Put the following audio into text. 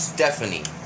Stephanie